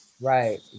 Right